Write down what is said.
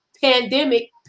pandemic